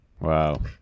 Wow